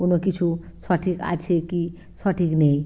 কোনো কিছু সঠিক আছে কি সঠিক নেই